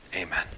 Amen